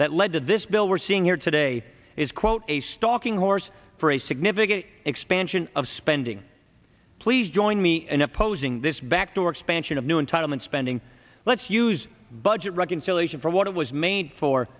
that led to this bill we're seeing here today is quote a stalking horse for a significant expansion of spending please join me in opposing this backdoor expansion of new entitlement spending let's use budget reconciliation for what it was made for